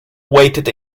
waited